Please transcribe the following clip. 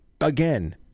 again